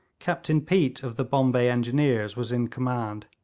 captain peat of the bombay engineers was in command.